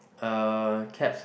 uh cabs